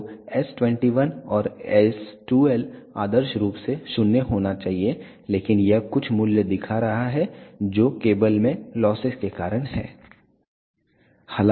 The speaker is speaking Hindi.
तो S21 और S12 आदर्श रूप से 0 होना चाहिए लेकिन यह कुछ मूल्य दिखा रहा है जो केबल में लॉसेस के कारण है